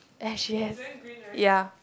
and she has ya